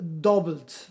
doubled